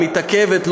מתעכבת,